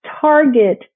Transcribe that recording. target